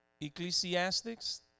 Ecclesiastics